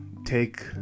take